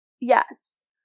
Yes